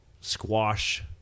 squash